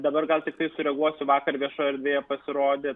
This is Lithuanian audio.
dabar gal tiktai sureaguosiu vakar viešoje erdvėje pasirodė